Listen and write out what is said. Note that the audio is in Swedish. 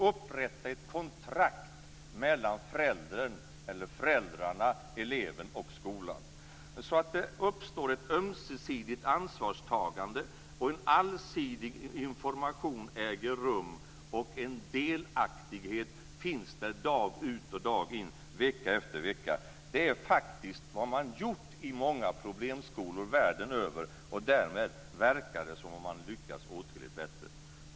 Upprätta ett kontrakt mellan föräldrarna, eleven och skolan så att det uppstår ett ömsesidigt ansvarstagande och så att en allsidig information äger rum. Det ska finnas en delaktighet dag ut och dag in, vecka efter vecka. Så har man gjort i många problemskolor världen över, och därmed verkar det som att man har lyckats åtskilligt bättre.